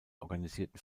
organisierten